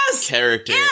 character